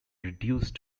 reduced